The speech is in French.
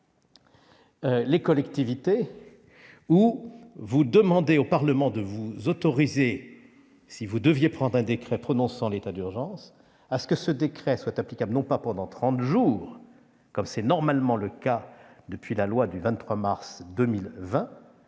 les collectivités où vous demandez au Parlement d'autoriser, si vous deviez prendre un décret prononçant l'état d'urgence, que ce décret soit applicable non pas pendant trente jours, comme c'est normalement le cas depuis la loi du 23 mars 2020,